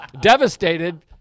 devastated